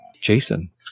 Jason